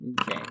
Okay